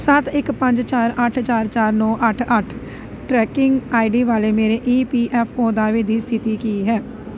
ਸੱਤ ਇੱਕ ਪੰਜ ਚਾਰ ਅੱਠ ਚਾਰ ਚਾਰ ਨੌਂ ਅੱਠ ਅੱਠ ਟਰੈਕਿੰਗ ਆਈ ਡੀ ਵਾਲੇ ਮੇਰੇ ਈ ਪੀ ਐਫ ਓ ਦਾਅਵੇ ਦੀ ਸਥਿਤੀ ਕੀ ਹੈ